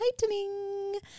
tightening